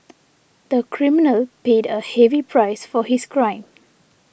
the criminal paid a heavy price for his crime